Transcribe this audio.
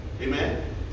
amen